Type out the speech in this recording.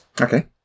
Okay